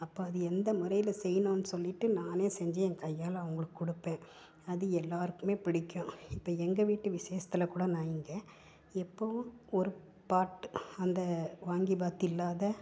அப்போ அது எந்த முறையில் செய்யணும்னு சொல்லிட்டு நானே செஞ்சு என் கையால் அவங்களுக்குக் கொடுப்பேன் அது எல்லாருக்கும் பிடிக்கும் இப்போ எங்கள் வீட்டு விசேஷத்தில் கூட நான் இங்கே எப்பவும் ஒரு பார்ட் அந்த வாங்கிபாத் இல்லாம